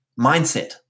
mindset